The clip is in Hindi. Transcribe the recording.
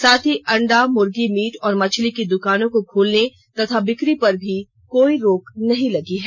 साथ ही अंडा मुर्गी मीट और मछली की दुकानों को खोलने तथा बिक्री पर कोई रोक नहीं लगी है